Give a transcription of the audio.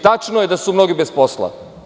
Tačno je da su mnogi bez posla.